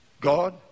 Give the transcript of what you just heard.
God